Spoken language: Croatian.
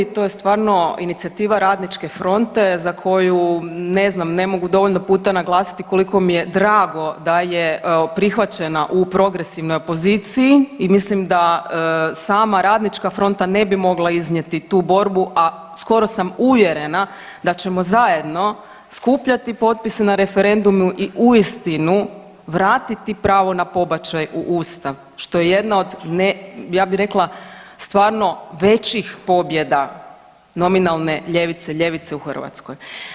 To je stvarno inicijativa Radničke fronte za koju, ne znam, ne mogu dovoljno puta naglasiti koliko mi je drago da je prihvaćena u progresivnoj opoziciji i mislim da sama Radnička fronta ne bi mogla iznijeti tu borbu, a skoro sam uvjerena da ćemo zajedno skupljati potpise na referendumu i uistinu vratiti pravo na pobačaj u Ustav, što je jedna od ne, ja bi rekla stvarno većih pobjeda nominalne ljevice, ljevice u Hrvatskoj.